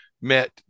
met